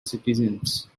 citizens